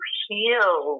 heal